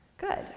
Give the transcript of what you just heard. Good